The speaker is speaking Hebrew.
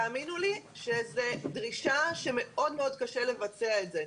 תאמינו לי, זאת דרישה שמאוד מאוד קשה לבצע אותה.